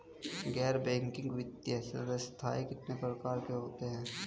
गैर बैंकिंग वित्तीय संस्थान कितने प्रकार के होते हैं?